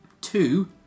Two